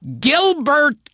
Gilbert